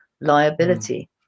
liability